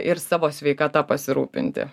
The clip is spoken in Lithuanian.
ir savo sveikata pasirūpinti